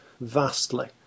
vastly